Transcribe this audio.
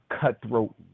cutthroat